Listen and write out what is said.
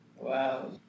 Wow